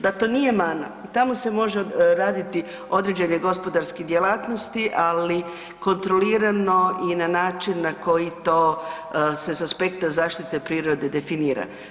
Da to nije mana, tamo se može raditi određene gospodarske djelatnosti, ali kontrolirano i na način na koji to s aspekta zaštite prirode definira.